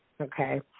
Okay